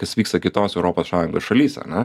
kas vyksta kitose europos sąjungos šalyse ane